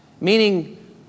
Meaning